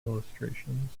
illustrations